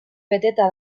beteta